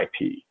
IP